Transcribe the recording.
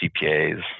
CPAs